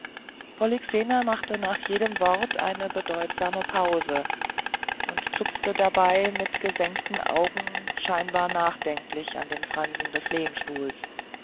polyxena machte nach jedem wort eine bedeutsame pause und zupfte dabei mit gesenkten augen scheinbar nachdenklich an den fransen des lehnstuhls